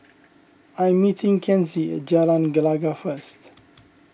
I am meeting Kenzie at Jalan Gelegar first